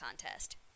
contest